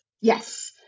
Yes